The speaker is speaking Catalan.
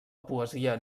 poesia